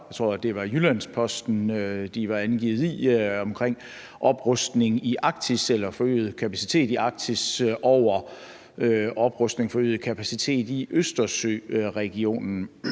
jeg tror, det var Jyllands-Posten, som de var angivet i – omkring oprustning i Arktis eller forøget kapacitet i Arktis over oprustning og forøget kapacitet i Østersøregionen.